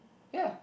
ya